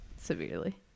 severely